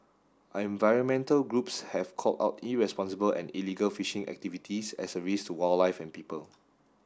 environmental groups have called out irresponsible and illegal fishing activities as a risk to wildlife and people